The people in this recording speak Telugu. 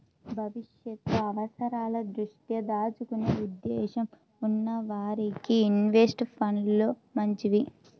భవిష్యత్తు అవసరాల దృష్ట్యా దాచుకునే ఉద్దేశ్యం ఉన్న వారికి ఇన్వెస్ట్ ఫండ్లు మంచివి